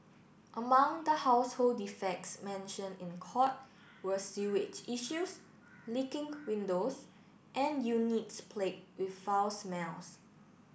among the household defects mentioned in court were sewage issues leaking windows and units plagued with foul smells